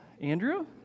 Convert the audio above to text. Andrew